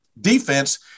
defense